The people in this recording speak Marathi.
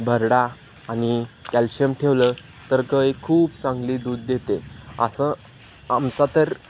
भरडा आणि कॅल्शम ठेवलं तर गाय खूप चांगली दूध देते असं आमचा तर